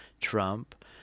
Trump